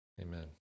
amen